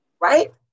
right